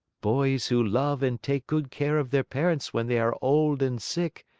boys who love and take good care of their parents when they are old and sick,